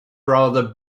rather